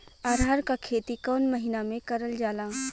अरहर क खेती कवन महिना मे करल जाला?